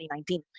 2019